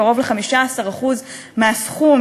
קרוב ל-15% מהסכום,